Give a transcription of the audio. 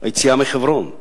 היציאה מחברון,